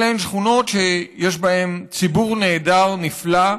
אלה שכונות שיש בהן ציבור נהדר, נפלא,